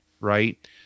right